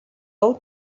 all